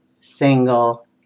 single